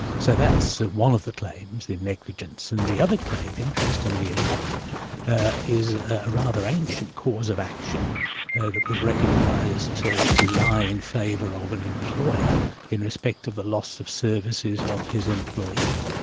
so that's one of the claims, in negligence, and the other claim interestingly enough is a rather ancient cause of action that was recognised to to lie in favour of an employer in respect of the loss of services of his employee,